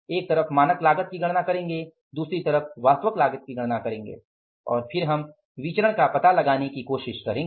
एक तरफ मानक लागत की गणना करेंगे दूसरी तरफ वास्तविक लागत की गणना करेंगे और फिर हम विचरण का पता लगाने की कोशिश करेंगे